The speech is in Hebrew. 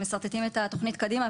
שואפים אליו כשמשרטטים את התוכנית קדימה,